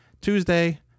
Tuesday